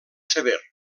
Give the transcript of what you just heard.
sever